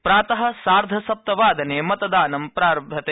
प्रात सार्धसप्तवादने मतदानं प्रारभते